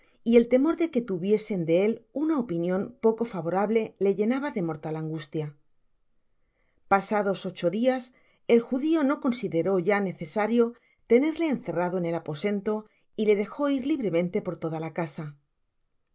y el temor de que tuviesen de él una opinion poco favorable le llenaba de mortal angustia pasados ocho dias el judio no consideró ya necesario tenerle encerrado en el aposento y le dejo ir libremente por toda la casa